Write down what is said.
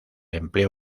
empleo